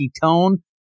tone